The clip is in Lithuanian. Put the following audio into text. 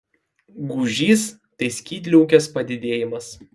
gūžys tai skydliaukės padidėjimas